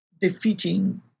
defeating